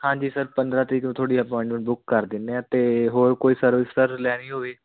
ਹਾਂਜੀ ਸਰ ਪੰਦਰਾਂ ਤਰੀਕ ਨੂੰ ਤੁਹਾਡੀ ਅਪੋਆਇੰਟਮੈਂਟ ਬੁੱਕ ਕਰ ਦਿੰਦੇ ਹਾਂ ਅਤੇ ਹੋਰ ਕੋਈ ਸਰਵਿਸ ਸਰ ਲੈਣੀ ਹੋਵੇ